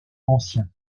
ancien